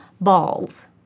balls